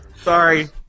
sorry